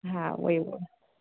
हा उ यहेई उहो